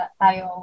tayo